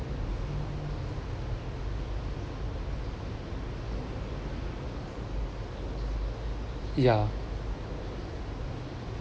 ya